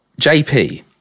JP